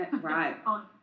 Right